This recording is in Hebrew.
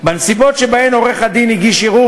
בנסיבות שבהן עורך-הדין הגיש ערעור